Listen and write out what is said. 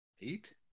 Eight